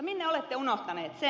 minne olette unohtanut sen